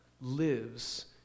lives